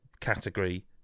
category